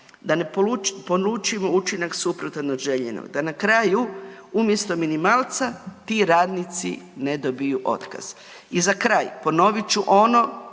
da ne polučimo učinak suprotan od željenog. Da na kraju umjesto minimalca ti radnici ne dobiju otkaz. I za kraj ponovit ću ono